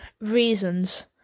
reasons